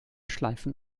schleifen